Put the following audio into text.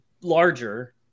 larger